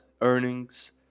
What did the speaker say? earnings